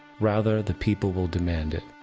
rather, the people will demand it.